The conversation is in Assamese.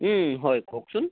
হয় কওকচোন